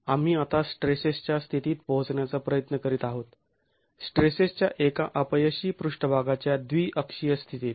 आम्ही आता स्ट्रेसेसच्या स्थितीत पोहोचण्याचा प्रयत्न करीत आहोत स्ट्रेसेसच्या एका अपयशी पृष्ठभागाच्या द्विअक्षीय स्थितीत